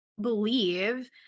believe